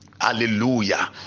hallelujah